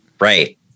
Right